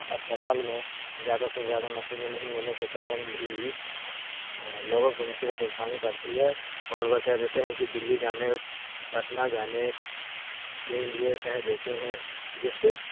اسپتال میں زیادہ سے زیادہ مشینیں نہیں ہونے کے کارن بھی لوگوں کو مصیبت اٹھانی پڑتی ہے اور وہ کہہ دیتے ہیں کہ دلی جانے پٹنہ جانے کے لیے کہہ دیتے ہیں جس سے